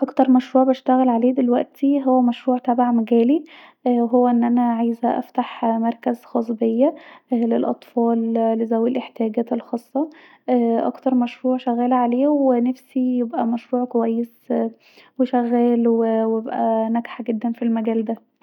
اكتر مشروع بشتغل عليه دلوقتي هو مشروع تبع مجالي وهو أن انا عايزه افتح مركز خاص بيا للأطفال لذوي الاحتياجات الخاصة اكتر مشروع شغاله عليه ونفسي يبقي مشروع كويس وشغال وابقي ناجحه جدا في المجال ده